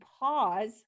pause